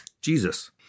Jesus